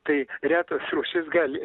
tai retos rūšys gali